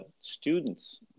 students